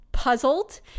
Puzzled